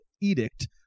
edict